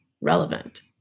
relevant